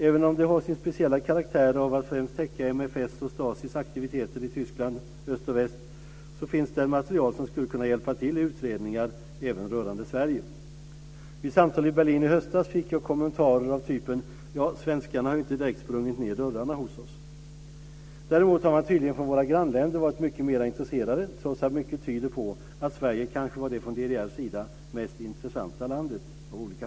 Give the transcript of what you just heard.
Även om det har sin speciella karaktär och främst täcker MFS och STA finns där material som skulle kunna hjälpa till i utredningar även rörande Sverige. Vid samtal i Berlin i höstas fick jag kommentarer av typen "Ja, svenskarna har ju inte direkt sprungit ned dörrarna hos oss". Däremot har man tydligen från våra grannländer varit mycket mer intresserad, trots att mycket tyder på att Sverige av olika skäl var det från DDR:s sida mest intressanta landet.